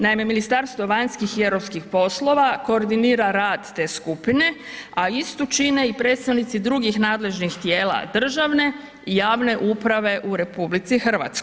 Naime Ministarstvo vanjskih i europskih poslova koordinira rad te skupine a istu čine i predstavnici drugih nadležnih tijela i javne uprave u RH.